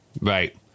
Right